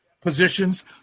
positions